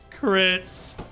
crits